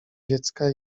dziecka